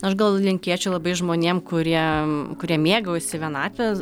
aš gal linkėčiau labai žmonėm kurie kurie mėgaujasi vienatve